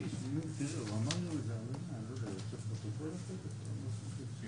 הוועדה דאז לא הסכימה לאשר בגלל הנקודה הזאת.